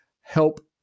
help